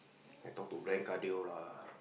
I talk to cardio lah